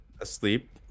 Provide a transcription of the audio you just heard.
Asleep